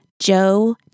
Joe